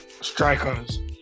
strikers